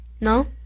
No